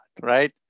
right